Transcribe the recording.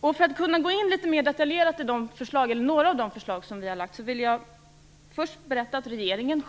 För att kunna gå in litet mer detaljerat på några av de förslag som vi har lagt fram vill jag först berätta att regeringen